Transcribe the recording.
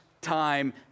time